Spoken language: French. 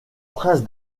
prince